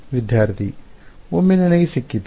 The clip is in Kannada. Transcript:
ವಿದ್ಯಾರ್ಥಿ ಒಮ್ಮೆ ನನಗೆ ಸಿಕ್ಕಿತು